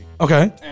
Okay